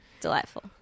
Delightful